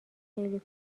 خیلی